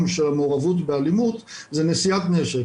של המעורבות באלימות זה נשיאת נשק.